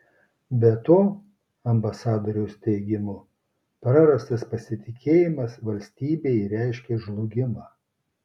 be to ambasadoriaus teigimu prarastas pasitikėjimas valstybei reiškia žlugimą